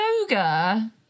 yoga